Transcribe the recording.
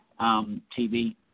TV